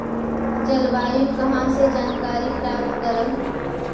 जलवायु कहा से जानकारी प्राप्त करहू?